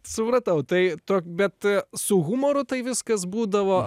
supratau tai tok bet su humoru tai viskas būdavo